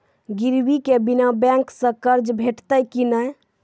गिरवी के बिना बैंक सऽ कर्ज भेटतै की नै?